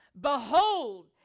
Behold